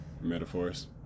metaphors